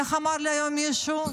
איך אמר לי היום מישהו?